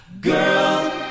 Girl